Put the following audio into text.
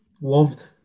loved